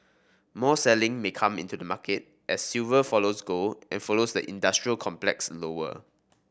more selling may come into the market as silver follows gold and follows the industrial complex lower